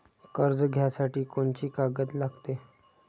कर्ज घ्यासाठी कोनची कागद लागते?